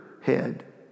head